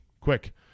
Quick